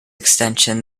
extension